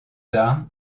tard